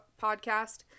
podcast